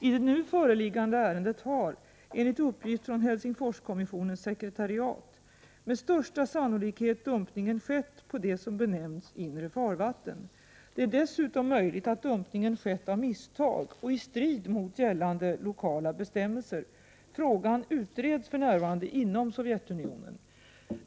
I det nu föreliggande ärendet har, enligt uppgift från Helsingforskommissionens sekretariat, med största sannolikhet dumpningen skett på det som benämns inre farvatten. Det är dessutom möjligt att dumpningen skett av misstag och i strid mot gällande lokala bestämmelser. Frågan utreds för närvarande inom Sovjetunionen.